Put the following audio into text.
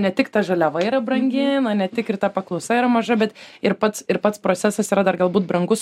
ne tik ta žaliava yra brangi ne tik ir ta paklausa yra maža bet ir pats ir pats procesas yra dar galbūt brangus